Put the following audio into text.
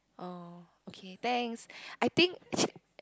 oh okay thanks I think